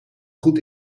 goed